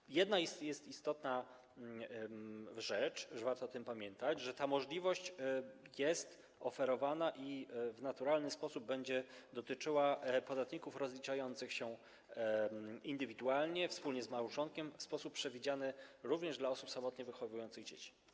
Jest jedna istotna rzecz - warto o tym pamiętać - że ta możliwość jest oferowana, i w naturalny sposób będzie ich dotyczyła, podatnikom rozliczającym się indywidualnie, wspólnie z małżonkiem, w sposób przewidziany również dla osób samotnie wychowujących dzieci.